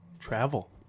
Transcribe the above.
Travel